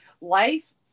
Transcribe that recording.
Life